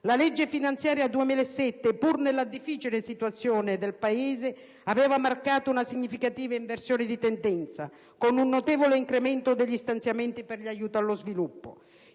la legge finanziaria 2007, pur nella difficile situazione finanziaria del Paese, aveva marcato una significativa inversione di tendenza, con un notevole incremento degli stanziamenti per gli aiuti allo sviluppo.